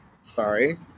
Sorry